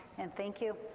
and thank you.